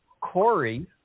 Corey